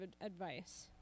advice